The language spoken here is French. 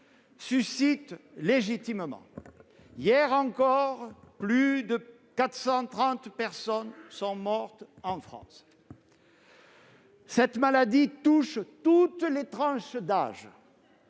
suscitent légitimement. Hier encore, plus de 430 personnes sont mortes en France. Cette maladie touche toutes les tranches d'âge,